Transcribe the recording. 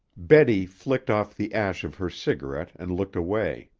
betty flicked off the ash of her cigarette and looked away.